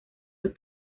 sus